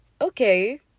okay